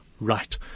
Right